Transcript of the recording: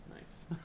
nice